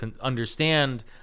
understand